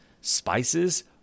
spices